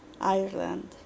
Ireland